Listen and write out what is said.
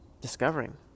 discovering